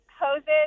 hoses